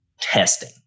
testing